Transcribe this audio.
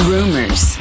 Rumors